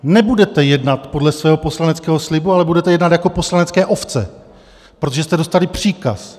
Nebudete jednat podle svého poslaneckého slibu, ale budete jednat jako poslanecké ovce, protože jste dostali příkaz.